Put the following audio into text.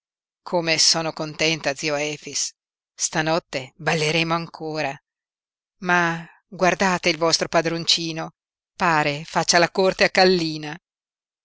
come sono contenta zio efix stanotte balleremo ancora ma guardate il vostro padroncino pare faccia la corte a kallina